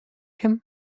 him